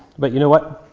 but you know what?